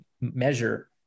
measure